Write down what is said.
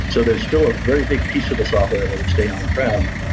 so there's still a very big piece of the software that would stay on-prem,